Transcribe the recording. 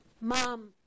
mom